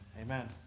Amen